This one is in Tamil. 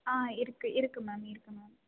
ஆ இருக்குது இருக்குது மேம் இருக்குது மேம்